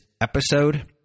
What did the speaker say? episode